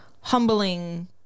humbling